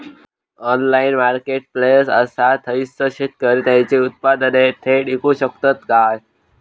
Online marketplace असा थयसर शेतकरी त्यांची उत्पादने थेट इकू शकतत काय?